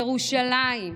ירושלים,